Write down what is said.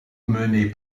menée